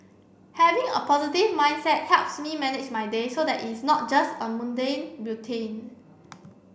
having a positive mindset helps me manage my day so that it's not just a mundane routine